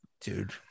dude